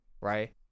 Right